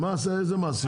ממס איזה מס יש?